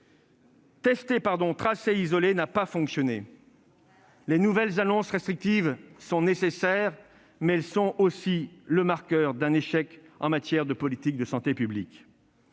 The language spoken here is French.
tester, tracer, isoler » qui n'a pas fonctionné. Les nouvelles annonces restrictives sont nécessaires, mais elles sont aussi le marqueur d'un échec en matière de politique de santé publique.